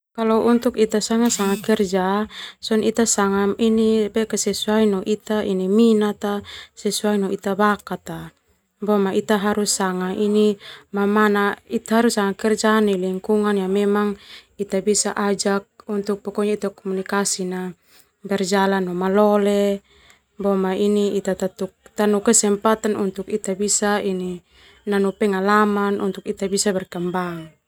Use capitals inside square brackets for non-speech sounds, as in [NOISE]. Kalau untuk ita sanga sesuai no ita minat sesuai no ita bakat. Boma ita harus sanga ini kerja nai lingkungan yang memang ita bisa ajak [UNINTELLIGIBLE] komunikasi na berjalan no malole boma ini ita [UNINTELLIGIBLE] kesempatan untuk ita bisa ini nanu pengalaman untuk ita bisa berkembang.